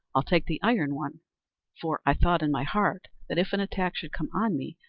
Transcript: i'll take the iron one for i thought in my heart that if an attack should come on me,